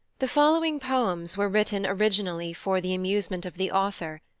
the following poems were written originally for the amusement of the author,